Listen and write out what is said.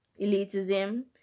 elitism